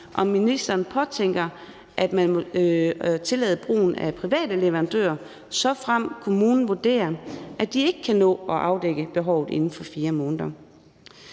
om ministeren påtænker at tillade brugen af private leverandører, såfremt kommunen vurderer, at de ikke kan nå at afdække behovet inden for 4 måneder.